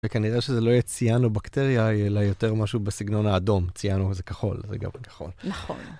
וכנראה שזה לא יהיה ציאנו בקטריה, אלא יותר משהו בסגנון האדום, ציאנו זה כחול, זה לגמרי כחול. נכון.